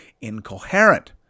incoherent